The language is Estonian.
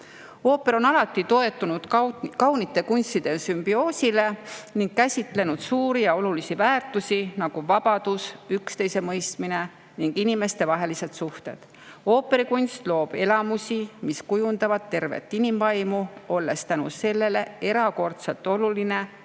Ooper on alati toetunud kaunite kunstide sümbioosile ning käsitlenud suuri ja olulisi väärtusi[,] nagu vabadus, üksteise mõistmine ning inimeste vahelised suhted. Ooperikunst loob elamusi, mis kujundavad tervet inimvaimu, olles tänu sellele erakordselt oluline nii